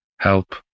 help